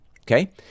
okay